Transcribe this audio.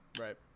right